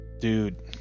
Dude